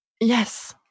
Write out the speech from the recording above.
yes